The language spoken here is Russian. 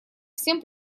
всем